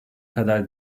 kadar